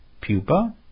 pupa